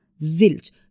zilch